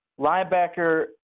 Linebacker